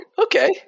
okay